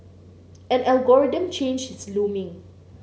an algorithm change is looming